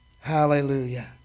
Hallelujah